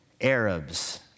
Arabs